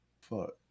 fuck